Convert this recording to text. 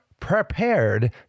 prepared